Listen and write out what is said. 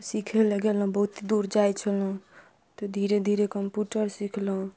सीखै लए गेलहुॅं बहुते दूर जाइ छलहुॅं तऽ धीरे धीरे कम्प्यूटर सिखलहुॅं